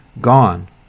Gone